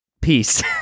peace